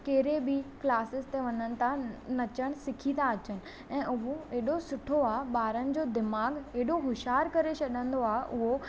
कहिड़े बि क्लासेस ते वञनि था नचण सिखी था अचनि ऐं उहो हेॾो सुठो आहे ॿारनि जो दिमाग़ु हेॾो होशियार करे छॾींदो आहे उहो